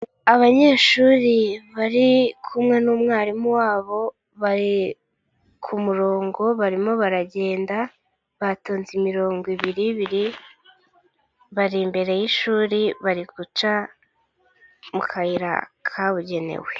Abanyeshuri bari kumwe n'umwarimu wabo bari ku murongo barimo baragenda, batonze mirongo ibiri Ibiriri, bari imbere y'ishuri bari guca mu kayira kabugenewe.